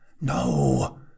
no